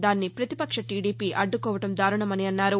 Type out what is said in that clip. దాన్ని ప్రతిపక్ష టీడీపీ అడ్డుకోవడం దారుణమన్నారు